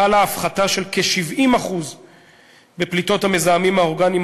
חלה הפחתה של כ-70% בפליטת המזהמים האורגניים